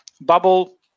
bubble